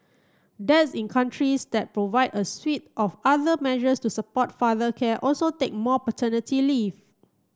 dads in countries that provide a suite of other measures to support father care also take more paternity leave